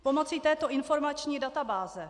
Pomocí této informační databáze